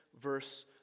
verse